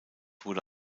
wurde